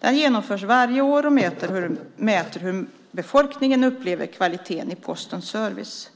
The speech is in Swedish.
Den genomförs varje år och mäter hur befolkningen upplever kvaliteten i Postens service.